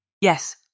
Yes